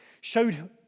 showed